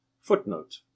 Footnote